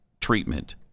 treatment